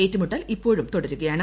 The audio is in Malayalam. ഏറ്റുമുട്ടൽ ഇപ്പോഴും തുടരുകയാണ്